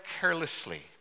carelessly